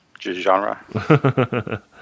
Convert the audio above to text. genre